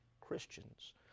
Christians